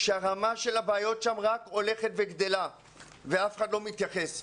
הרמה של הבעיות בגיל הזה רק הולכת וגדלה ואף אחד לא מתייחס לזה,